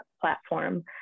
platform